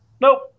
nope